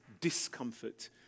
discomfort